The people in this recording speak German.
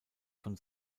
von